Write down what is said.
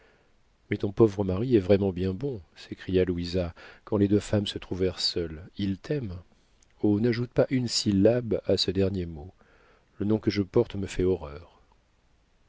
mais ton pauvre mari est vraiment bien bon s'écria louisa quand les deux femmes se trouvèrent seules il t'aime oh n'ajoute pas une syllabe à ce dernier mot le nom que je porte me fait horreur